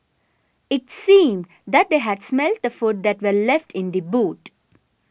it seemed that they had smelt the food that were left in the boot